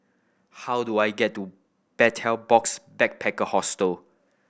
how do I get to Betel Box Backpacker Hostel